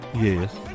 Yes